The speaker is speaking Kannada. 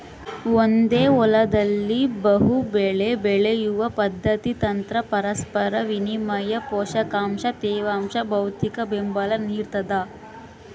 ಒಂದೇ ಹೊಲದಲ್ಲಿ ಬಹುಬೆಳೆ ಬೆಳೆಯುವ ಪದ್ಧತಿ ತಂತ್ರ ಪರಸ್ಪರ ವಿನಿಮಯ ಪೋಷಕಾಂಶ ತೇವಾಂಶ ಭೌತಿಕಬೆಂಬಲ ನಿಡ್ತದ